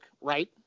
right